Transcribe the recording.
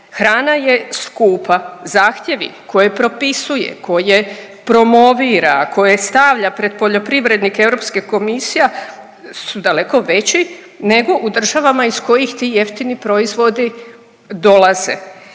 Hrana je skupa, zahtjevi koje propisuje, koje promovira, koje stavlja pred poljoprivrednike Europska komisija su daleko veći nego u državama iz kojih ti jeftini proizvodi dolaze.